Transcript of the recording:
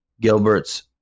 Gilbert's